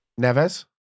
Neves